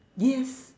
yes